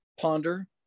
ponder